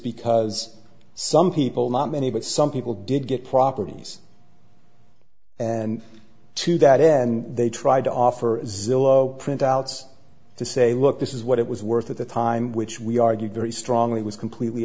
because some people not many but some people did get properties and to that end they tried to offer zillow print outs to say look this is what it was worth at the time which we argue very strongly was completely